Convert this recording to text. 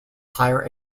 higher